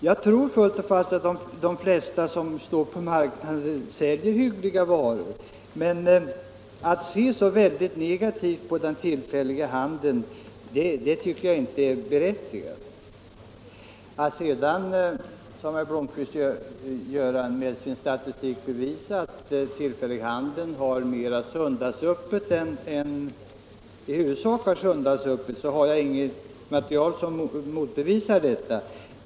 Jag tror fullt och fast att de flesta som står på marknaden säljer hyggliga varor. Men att se så negativt på den tillfälliga handeln, tycker jag inte är berättigat. Herr Blomkvist försöker med sin statistik belysa att tillfällighandeln i huvudsak har söndagsöppet. Jag har inget material som motbevisar detta.